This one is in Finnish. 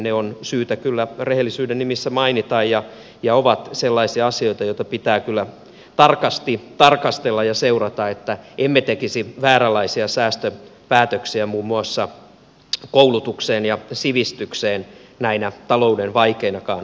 ne on syytä kyllä rehellisyyden nimissä mainita ja ne ovat sellaisia asioita joita pitää kyllä tarkasti tarkastella ja seurata että emme tekisi vääränlaisia säästöpäätöksiä muun muassa koulutukseen ja sivistykseen näinä talouden vaikeinakaan aikoina